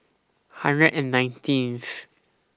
one hundred and nineteenth